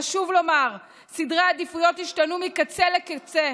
חשוב לומר: סדרי העדיפויות השתנו מקצה לקצה.